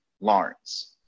Lawrence